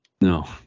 No